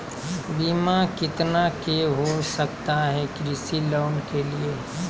बीमा कितना के हो सकता है कृषि लोन के लिए?